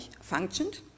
functioned